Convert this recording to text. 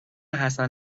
حسن